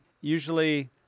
Usually